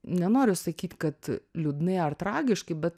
nenoriu sakyt kad liūdnai ar tragiškai bet